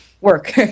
work